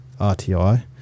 RTI